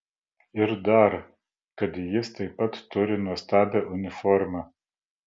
ir dar kad jis taip pat turi nuostabią uniformą